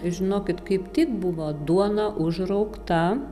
žinokit kaip tik buvo duona užraugta